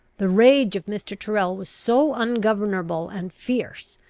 the rage of mr. tyrrel was so ungovernable and fierce,